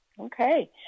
Okay